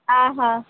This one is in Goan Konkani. आं हां